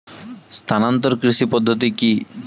স্থানান্তর কৃষি পদ্ধতি কি?